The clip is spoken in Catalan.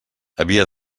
havia